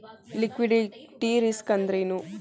Liquidity risk ಅಂದ್ರೇನು?